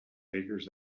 bakers